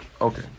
okay